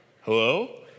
hello